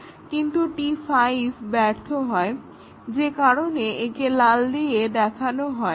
কিন্তু T5 ব্যর্থ হয় সে কারণে একে লাল দিয়ে দেখানো হয়